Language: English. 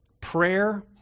prayer